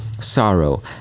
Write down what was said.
sorrow